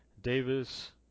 Davis